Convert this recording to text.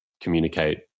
communicate